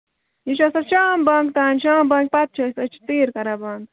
یہِ چھُ آسان شام بانٛگہِ تانۍ شام بانٛگہِ پَتہٕ چھِ أسۍ أسۍ چھِ ژیٖرۍ کران بَند